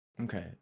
Okay